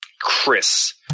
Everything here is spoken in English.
Chris